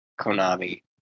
Konami